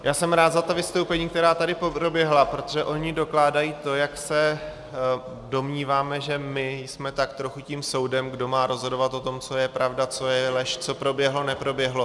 Já jsem rád za ta vystoupení, která tady proběhla, protože ona dokládají to, jak se domníváme, že my jsme tak trochu tím soudem, kdo má rozhodovat o tom, co je pravda, co je lež, co proběhlo, neproběhlo.